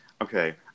Okay